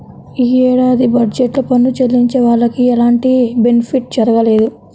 యీ ఏడాది బడ్జెట్ లో పన్ను చెల్లించే వాళ్లకి ఎలాంటి బెనిఫిట్ జరగలేదు